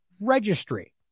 registry